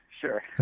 sure